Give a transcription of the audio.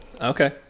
Okay